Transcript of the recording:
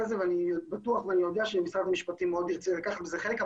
הזה ואני בטוח ואני יודע שמשרד המשפטים מאוד ירצה לקחת בזה חלק.